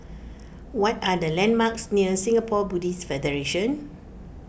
what are the landmarks near Singapore Buddhist Federation